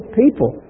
people